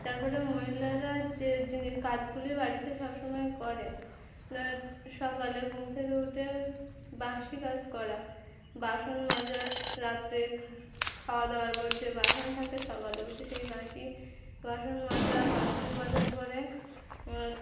তারপরে মহিলারা যে যিনি কাজগুলি বাড়িতে সব সময় করেন সকালে ঘুম থেকে উঠে বাসি কাজ করা বাসন মাজার রাত্রে খাওয়া দাওয়ার পর যে বাসন থাকে সকালে উঠে সেই বাসি বাসন মাজা বাসন মাজার পরে